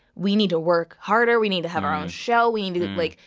we need to work harder. we need to have our own show. we need to, like,